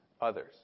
others